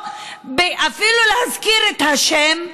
ואפילו לא להזכיר את השם,